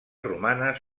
romanes